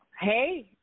Hey